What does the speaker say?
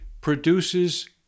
produces